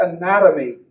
anatomy